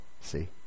see